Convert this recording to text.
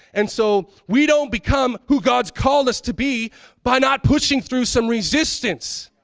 and so, we don't become who god's called us to be by not pushing through some resistance.